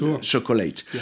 chocolate